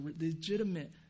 legitimate